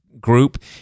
group